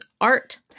art